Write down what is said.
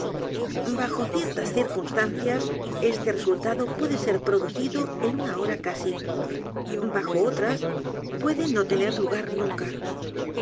bajo ciertas circunstancias este resultado puede ser producido en una hora c a s i bajo otras puede no tener lugar nunca